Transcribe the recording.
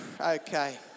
okay